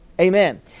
Amen